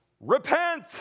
Repent